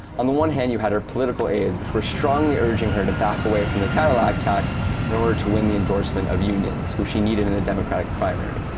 on the one hand you had her political aides, which were strongly urging her to back away from the cadillac tax in order to win the endorsement of unions, who she needed in the democratic primary.